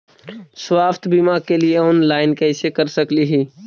स्वास्थ्य बीमा के लिए ऑनलाइन कैसे कर सकली ही?